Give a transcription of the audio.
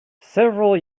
several